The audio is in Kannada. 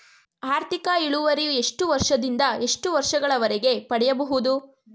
ಆರ್ಥಿಕ ಇಳುವರಿ ಎಷ್ಟು ವರ್ಷ ದಿಂದ ಎಷ್ಟು ವರ್ಷ ಗಳವರೆಗೆ ಪಡೆಯಬಹುದು?